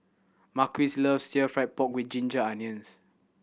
Marquis loves still fried pork with ginger onions